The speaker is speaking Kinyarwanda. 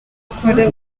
akora